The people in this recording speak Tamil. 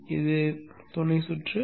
எனவே இது துணை சுற்று